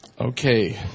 Okay